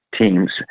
teams